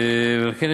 ועל כן,